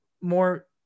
more